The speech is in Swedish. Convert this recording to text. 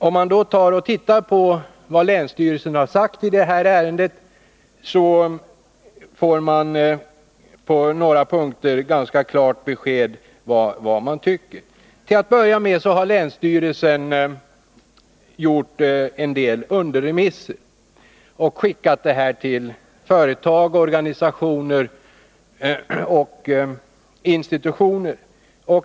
Om vi tittar på vad länsstyrelsen sagt i detta ärende får vi på några punkter ganska klart besked om vad man tycker. Länsstyrelsen har gjort en del underremisser; man har remitterat ärendet till företag, organisationer och institutioner.